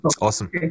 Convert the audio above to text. awesome